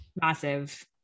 massive